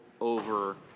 over